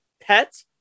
pet